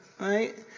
right